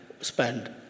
spend